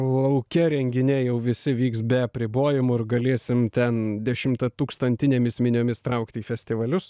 lauke renginiai jau visi vyks be apribojimų ir galėsim ten dešimta tūkstantinėmis miniomis traukti į festivalius